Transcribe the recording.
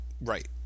Right